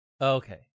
Okay